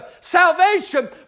Salvation